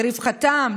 לרווחתם,